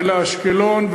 ולאשקלון,